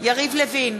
יריב לוין,